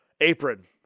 apron